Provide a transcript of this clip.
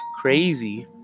crazy